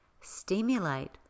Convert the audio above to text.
Stimulate